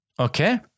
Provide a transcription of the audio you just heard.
Okay